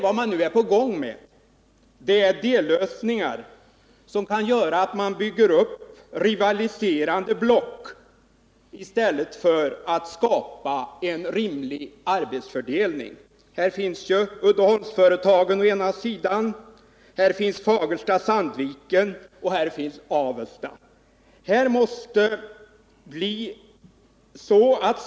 Vad man nu håller på att skapa är dellösningar, som kan göra att man bygger upp rivaliserande block i stället för att skapa en rimlig arbetsfördelning. Vi har å ena sidan Uddeholmsföretagen samt Nyby,å andra sidan Fagersta-Sandviken och Avesta.